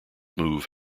move